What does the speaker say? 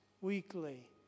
weekly